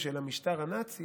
המשטר הנאצי,